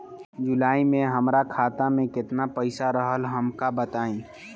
जुलाई में हमरा खाता में केतना पईसा रहल हमका बताई?